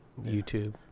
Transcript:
YouTube